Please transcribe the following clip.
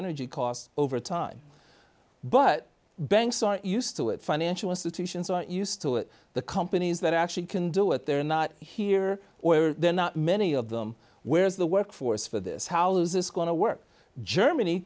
energy costs over time but banks are used to it financial institutions aren't used to it the companies that actually can do it they're not here or there not many of them whereas the work force for this how is this going to work germany